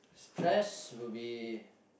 stress will be